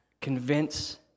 convince